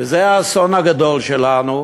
וזה האסון הגדול שלנו.